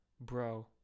Bro